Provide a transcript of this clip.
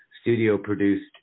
studio-produced